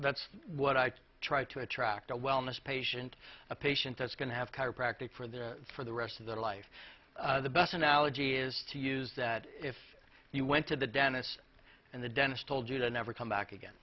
that's what i try to attract a wellness patient a patient that's going to have chiropractic for that for the rest of their life the best analogy is to use that if you went to the dentist and the dentist told you to never come back again